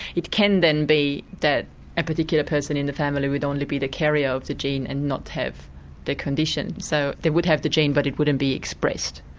it can then be that a particular person in the family would only be the carrier of the gene and not have the condition, so they would have the gene but it wouldn't be expressed.